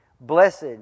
Blessed